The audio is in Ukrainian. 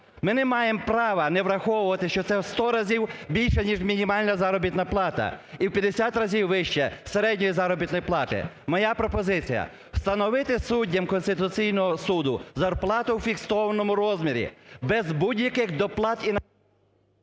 Ми не маємо права не враховувати, що це в 100 разів більше ніж мінімальна заробітна плата і в 50 разів вище середньої заробітної плати. Моя пропозиція: встановити суддям Конституційного Суду зарплату у фіксованому розмірі без будь-яких доплат і…